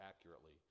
accurately